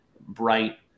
bright